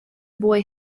boy